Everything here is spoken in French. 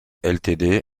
ltd